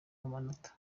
amanota